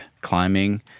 climbing